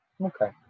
Okay